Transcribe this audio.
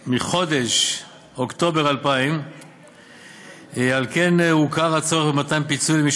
החל מחודש אוקטובר 2000. על כן הוכר הצורך במתן פיצוי למי